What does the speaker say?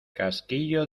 casquillo